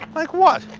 like what?